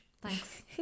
Thanks